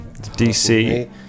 DC